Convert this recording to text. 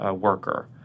worker